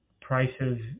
prices